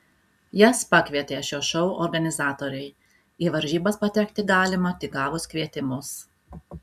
jas pakvietė šio šou organizatoriai į varžybas patekti galima tik gavus kvietimus